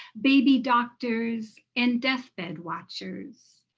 baby doctors, and death-bed watchers.